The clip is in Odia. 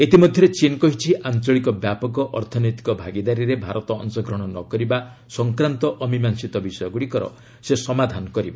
ଇତିମଧ୍ୟରେ ଚୀନ୍ କହିଛି ଆଞ୍ଚଳିକ ବ୍ୟାପକ ଅର୍ଥନୈତିକ ଭାଗିଦାରୀରେ ଭାରତ ଅଂଶ ଗ୍ରହଣ ନ କରିବା ସଂକ୍ରାନ୍ତ ଅମିମାଂସିତ ବିଷୟଗୁଡ଼ିକର ସେ ସମାଧାନ କରିବ